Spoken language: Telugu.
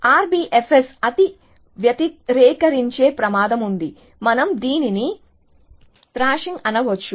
కాబట్టి RBFS అది వ్యతిరేకించే ప్రమాదం ఉంది మనం దీనిని విసిరికొట్టడం అనవచ్చు